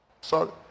sorry